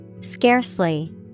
scarcely